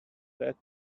that